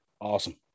Awesome